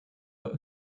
but